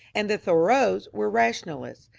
and the thoreaus were rationalists.